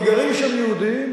כי גרים שם יהודים,